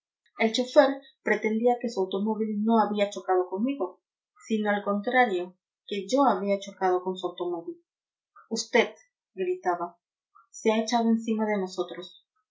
el chauffeur pretendía que su automóvil no había chocado conmigo sino al contrario que yo había chocado con su automóvil usted gritaba se ha echado encima de nosotros